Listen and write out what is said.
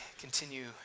continue